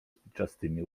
spiczastymi